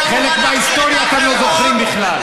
חלק מההיסטוריה אתם לא זוכרים בכלל.